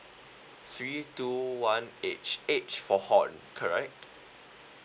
three two one H H for horn correct